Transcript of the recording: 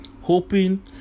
hoping